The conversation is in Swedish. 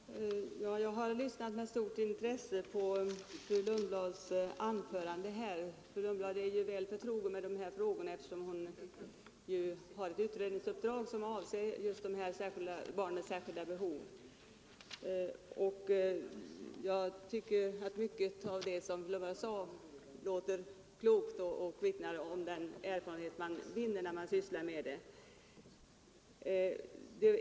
Fru talman! Jag har lyssnat med stort intresse på fru Lundblads anförande. Fru Lundblad är ju väl förtrogen med dessa frågor, eftersom hon har ett utredningsuppdrag som avser just barn med särskilda behov. Mycket av det som fru Lundblad sade låter klokt och vittnar om den erfarenhet man vinner när man sysslar med problemen.